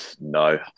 no